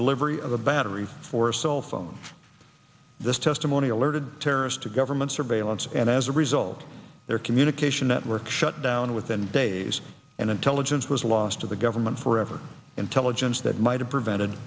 delivery of a battery for a cell phone this testimony alerted terrorists to government surveillance and as a result their communication network shut down within days and intelligence was lost to the government forever intelligence that might have prevented